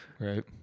Right